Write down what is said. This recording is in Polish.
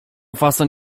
fason